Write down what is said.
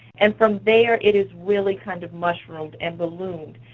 and from there, it has really kind of mushroomed and ballooned.